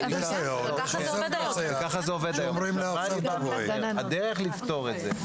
הדרך לפתור את זה,